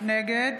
נגד